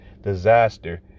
disaster